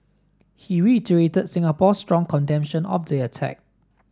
he reiterated Singapore's strong condemnation of the attack